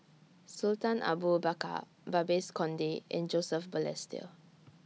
Sultan Abu Bakar Babes Conde and Joseph Balestier